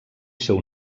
seu